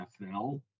NFL